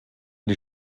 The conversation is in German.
die